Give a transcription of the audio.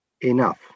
enough